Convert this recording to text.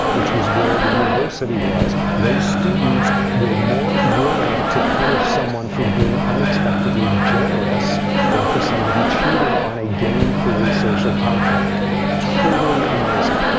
which was where the university was, those students were more willing to punish someone for being unexpectedly generous than for somebody cheating on a game theory social contract totally amazing.